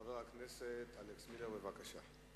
חבר הכנסת אלכס מילר, בבקשה.